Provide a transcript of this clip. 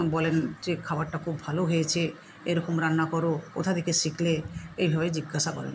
বলেন যে খাওয়ারটা খুব ভালো হয়েছে এরকম রান্না করো কোথা থেকে শিখলে এইভাবে জিজ্ঞাসা করেন